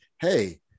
hey